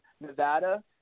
Nevada